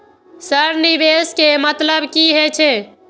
Sir निवेश के मतलब की हे छे?